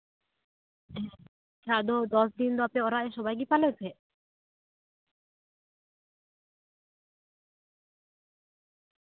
ᱦᱮᱸ ᱟᱫᱚ ᱫᱚᱥ ᱫᱤᱱ ᱫᱚ ᱟᱯᱮ ᱚᱲᱟᱜ ᱨᱮ ᱥᱚᱵᱟᱭ ᱜᱮ ᱯᱟᱞᱟᱣᱟ ᱥᱮ ᱪᱮᱫ